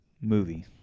movie